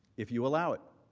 if you allow it.